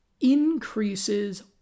increases